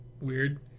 weird